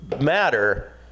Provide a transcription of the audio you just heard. matter